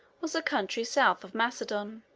was a country south of macedon.